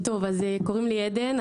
קוראים לי עדן,